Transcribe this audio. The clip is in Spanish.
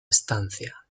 estancia